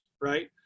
right